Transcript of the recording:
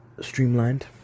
streamlined